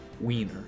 Wiener